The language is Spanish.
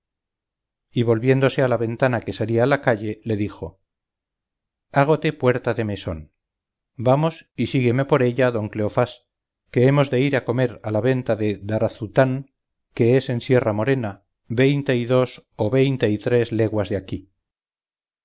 y volviéndose a la ventana que salía a la calle le dijo hágote puerta de mesón vamos y sígueme por ella don cleofás que hemos de ir a comer a la venta de darazután que es en sierra-morena veinte y dos o veinte y tres leguas de aquí